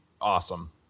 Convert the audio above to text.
awesome